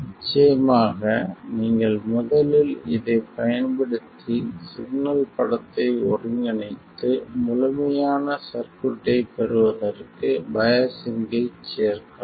நிச்சயமாக நீங்கள் முதலில் இதைப் பயன்படுத்தி சிக்னல் படத்தை ஒருங்கிணைத்து முழுமையான சர்க்யூட்டைப் பெறுவதற்கு பையாஸ்சிங்கைச் சேர்க்கவும்